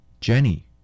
Jenny